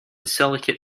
silicate